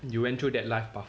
you went through that life path